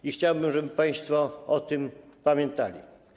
I chciałbym, żeby państwo o tym pamiętali.